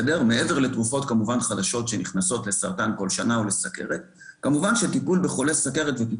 מעבר לתרופות החדשות שנכנסות לטיפול בסרטן או לסוכרת בכל שנה,